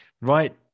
right